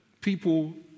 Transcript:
people